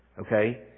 Okay